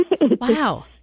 Wow